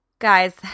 Guys